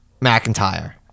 McIntyre